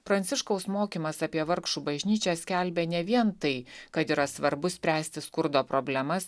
pranciškaus mokymas apie vargšų bažnyčią skelbia ne vien tai kad yra svarbu spręsti skurdo problemas